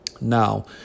Now